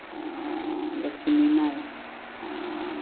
Lakshmi Naik